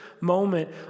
moment